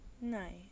nice